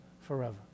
forever